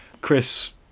Chris